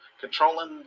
controlling